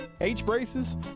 H-braces